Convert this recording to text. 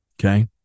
Okay